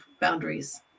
boundaries